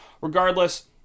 Regardless